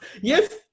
yes